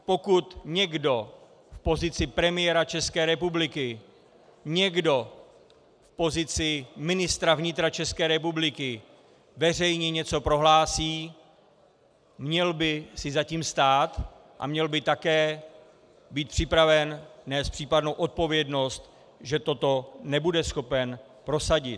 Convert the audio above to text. Pokud někdo v pozici premiéra České republiky, někdo v pozici ministra vnitra České republiky veřejně něco prohlásí, měl by si za tím stát a měl by také být připraven nést případnou odpovědnost, když to nebude schopen prosadit.